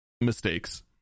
mistakes